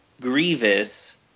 Grievous